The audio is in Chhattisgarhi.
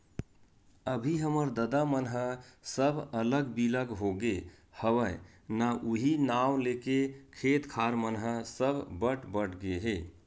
अभी हमर ददा मन ह सब अलग बिलग होगे हवय ना उहीं नांव लेके खेत खार मन ह सब बट बट गे हे